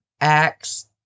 Acts